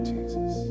Jesus